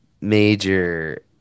major